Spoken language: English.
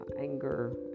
anger